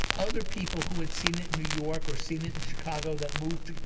other people who had seen it in new york or seen it in chicago that moved.